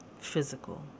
physical